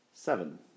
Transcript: Seven